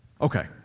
Okay